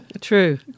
True